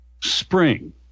SPRING